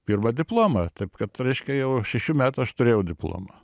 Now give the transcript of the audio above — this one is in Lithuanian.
pirmą diplomą taip kad reiškia jau šešių metų aš turėjau diplomą